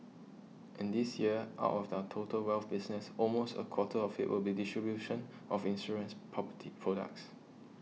and this year out of our total wealth business almost a quarter of it will be distribution of insurance property products